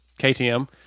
KTM